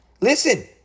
Listen